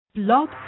Blog